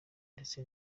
ndetse